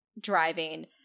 driving